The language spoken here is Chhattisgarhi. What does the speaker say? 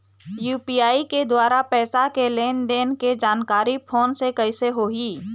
यू.पी.आई के द्वारा पैसा के लेन देन के जानकारी फोन से कइसे होही?